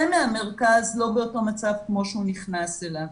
מהמרכז לא באותו מצב כמו שהוא נכנס אליו.